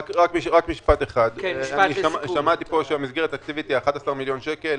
משפט אחד: שמעתי פה שהמסגרת התקציבית היא 11 מיליון שקלים.